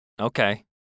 Okay